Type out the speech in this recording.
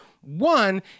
one